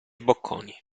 bocconi